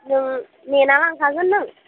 नों नेना लांफागोन नों